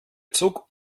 zug